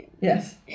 Yes